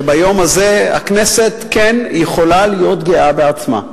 שביום הזה הכנסת כן יכולה להיות גאה בעצמה.